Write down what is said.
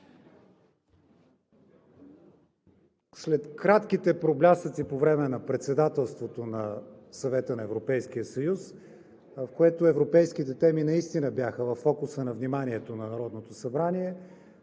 След кратките проблясъци по време на Председателството на Съвета на Европейския съюз, в което европейските теми наистина бяха във фокуса на вниманието на Народното събрание,